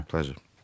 Pleasure